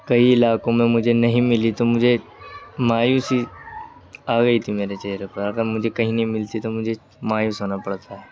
کئی علاقوں میں مجھے نہیں ملی تو مجھے مایوسی آ گئی تھی میرے چہرے پر اگر مجھے کہیں نہیں ملتی تو مجھے مایوس ہونا پڑتا ہے